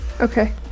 Okay